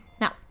Now